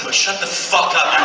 shut the fuck up!